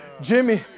jimmy